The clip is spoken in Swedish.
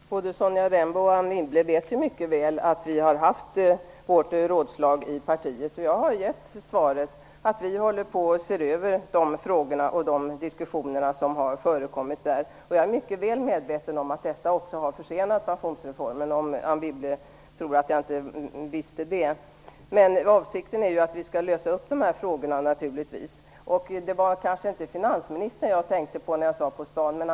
Fru talman! Både Sonja Rembo och Anne Wibble vet mycket väl att vi har haft vårt rådslag i partiet. Jag har gett svaret att vi socialdemokrater håller på att se över frågorna och diskussionerna som har förekommit. Jag är tvärtom mot vad Anne Wibble trodde mycket väl medveten om att detta också har försenat pensionsreformen. Avsikten är naturligtvis att vi skall klara ut de här frågorna. Det var kanske inte finansministern jag tänkte på när jag sade "på stan".